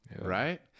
right